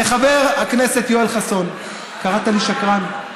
לחבר הכנסת יואל חסון: קראת לי שקרן,